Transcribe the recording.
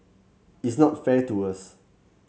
it's not fair to us